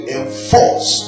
enforce